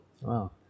Wow